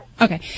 Okay